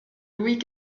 louis